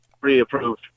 pre-approved